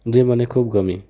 જે મને ખૂબ ગમી